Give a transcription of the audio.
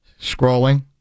Scrolling